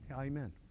Amen